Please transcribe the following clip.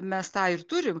mes tą ir turim